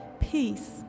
peace